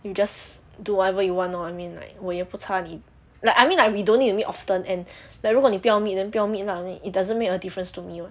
you just do whatever you want lor I mean like 我也不差你 like I mean like we don't need to meet often and like 如果你不要 meet then 不要 meet lah it doesn't make a difference to me [what]